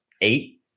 eight